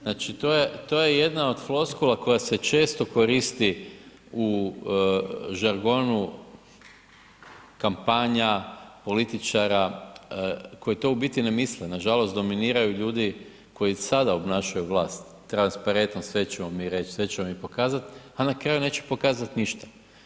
Znači to je, to je jedna od floskula koja se često koristi u žargonu kampanja političara koji to u biti ne misle, nažalost dominiraju ljudi koji sada obnašaju vlast, transparentnost, sve ćemo mi reć, sve ćemo mi pokazat, a na kraju neće pokazat ništa.